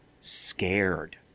scared